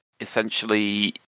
essentially